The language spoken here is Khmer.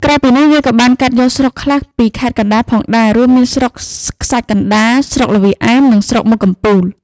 ក្រៅពីនេះ វាក៏បានកាត់យកស្រុកខ្លះពីខេត្តកណ្ដាលផងដែរ រួមមានស្រុកខ្សាច់កណ្តាល ស្រុកល្វាឯម និងស្រុកមុខកំពូល។